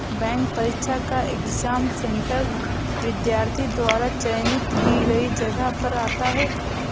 bank परीक्षा का exam centre विद्यार्थी द्वारा चयनित की गई जगह पर आता है